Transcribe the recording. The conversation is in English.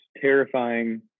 terrifying